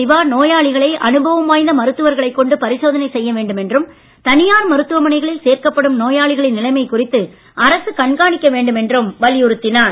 சிவா நோயாளிகளை அனுபவம் வாய்ந்த மருத்துவர்களைக் கொண்டு பரிசோதனை செய்ய வேண்டும் என்றும் தனியார் மருத்துவமனைகளில் சேர்க்கப்படும் நோயாளிகளின் நிலமை குறித்து அரசு கண்காணிக்க வேண்டும் என்றும் அவர் வலியுறுத்தினார்